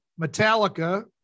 metallica